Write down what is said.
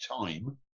time